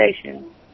station